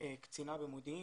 קצינה במודיעין,